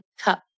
cup